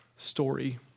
Story